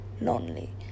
lonely